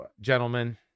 gentlemen